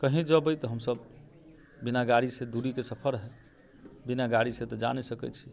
कहींँ जयबै तऽ हमसब बिना गाड़ी से दूरीके सफर बिना गाड़ी से तऽ जा नहि सकैत छी